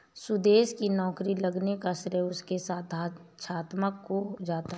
सुदेश की नौकरी लगने का श्रेय उसके साक्षात्कार को जाता है